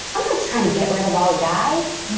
i'm not trying to get rid of all guys.